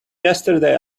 yesterday